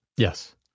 Yes